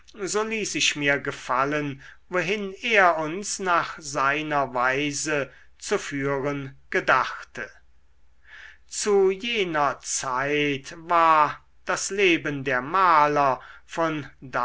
so ließ ich mir gefallen wohin er uns nach seiner weise zu führen gedachte zu jener zeit war das leben der maler von